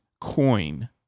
coin